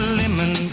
lemon